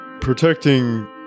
protecting